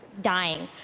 dying,